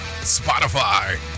Spotify